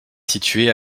située